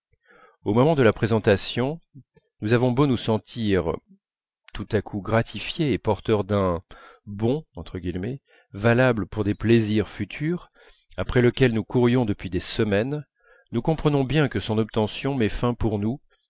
au moment de la présentation nous avons beau nous sentir tout à coup gratifiés et porteurs d'un bon valable pour des plaisirs futurs après lequel nous courions depuis des semaines nous comprenons bien que son obtention met fin pour nous